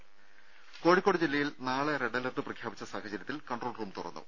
രുഭ കോഴിക്കോട് ജില്ലയിൽ നാളെ റെഡ് അലർട്ട് പ്രഖ്യാപിച്ച സാഹചര്യത്തിൽ കൺട്രോൾറൂം തുറന്നു